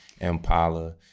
impala